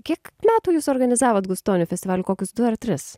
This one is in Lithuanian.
kiek metų jūs organizavot gustonių festivalį kokius du ar tris